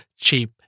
cheap